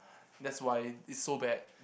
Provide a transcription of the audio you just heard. that's why it so bad